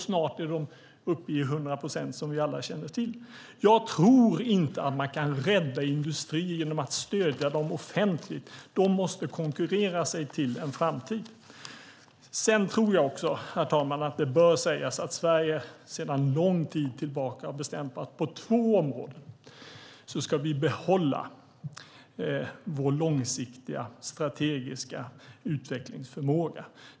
Snart är de uppe i 100 procent, som vi alla känner till. Jag tror inte att man kan rädda industrier genom att stödja dem offentligt. De måste konkurrera sig till en framtid. Sedan tror jag också, herr talman, att det bör sägas att Sverige sedan lång tid tillbaka har bestämt att vi på två områden ska behålla vår långsiktiga strategiska utvecklingsförmåga.